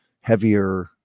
heavier